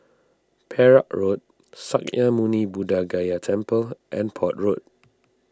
Perak Road Sakya Muni Buddha Gaya Temple and Port Road